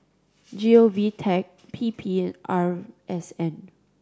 G O V Tech P P and R S N